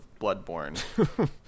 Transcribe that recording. Bloodborne